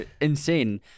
Insane